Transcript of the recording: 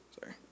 Sorry